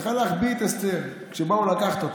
יכול להחביא את אסתר כשבאו לקחת אותה,